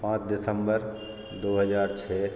पाँच दिसंबर दो हजार छः